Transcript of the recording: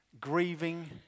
grieving